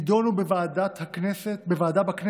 יידונו בוועדה בכנסת